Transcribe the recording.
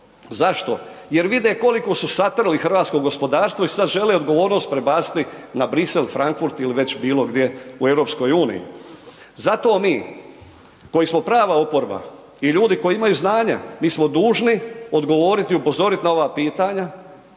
Zašto? Jer vide koliko su satrli hrvatsko gospodarstvo i sad žele odgovornost prebaciti na Bruxelles, Frankfurt ili već bilo gdje u EU. Zato mi, koji smo prava oporba i ljudi koji imaju znanja mi smo dužni odgovoriti, upozoriti na ova pitanja